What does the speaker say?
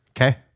Okay